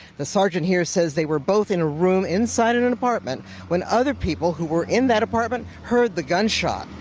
the sergeant here says they were both in a room inside an and apartment when other people who were in that apartment heard the gunshot,